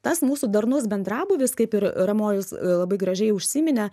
tas mūsų darnus bendrabūvis kaip ir ramojus labai gražiai užsiminė